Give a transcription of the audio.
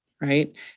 right